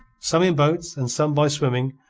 some in boats and some by swimming,